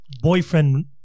boyfriend